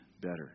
better